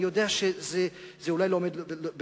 אני יודע שזה אולי לא על סדר-היום,